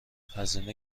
هزینه